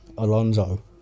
Alonso